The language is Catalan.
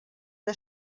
del